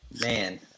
Man